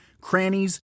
crannies